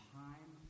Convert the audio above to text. time